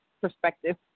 perspective